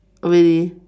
really